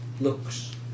looks